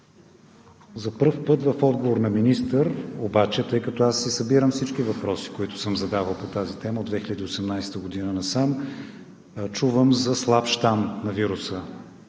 За пръв път в отговор на министър обаче, тъй като аз си събирам всички въпроси, които съм задавал по тази тема от 2018 г. насам, чувам за слаб щам на вируса.